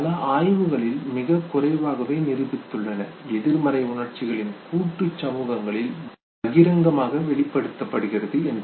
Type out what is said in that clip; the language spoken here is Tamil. பல ஆய்வுகள் மிகக் குறைவாகவே நிரூபித்துள்ளன எதிர்மறை உணர்ச்சிகள் கூட்டு சமூகங்களில் பகிரங்கமாக வெளிப்படுத்தப்படுகிறது என்று